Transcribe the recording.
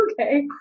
okay